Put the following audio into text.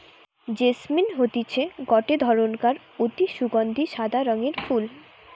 jasmine হতিছে গটে ধরণকার অতি সুগন্ধি সাদা রঙের ফুল